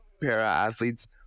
para-athletes